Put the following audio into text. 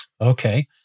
okay